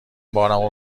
بارمو